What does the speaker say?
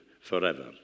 forever